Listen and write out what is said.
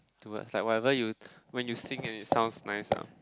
towards like whatever you when you sing his songs nice ah